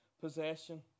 possession